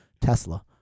Tesla